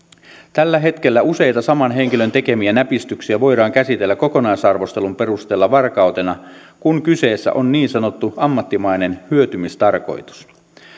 tällä hetkellä useita saman henkilön tekemiä näpistyksiä voidaan käsitellä kokonaisarvostelun perusteella varkautena kun kyseessä on niin sanottu ammattimainen hyötymistarkoitus